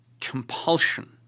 compulsion